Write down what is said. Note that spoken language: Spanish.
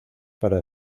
para